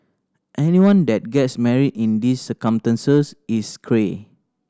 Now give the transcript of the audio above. anyone that gets married in these circumstances is cray